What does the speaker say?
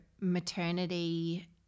maternity